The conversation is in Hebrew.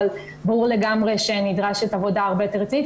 אבל ברור לגמרי שנדרשת עבודה הרבה יותר רצינית.